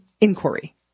inquiry